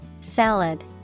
Salad